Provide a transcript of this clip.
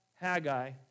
Haggai